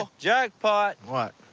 um jackpot! what?